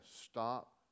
stop